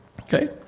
Okay